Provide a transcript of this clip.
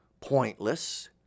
pointless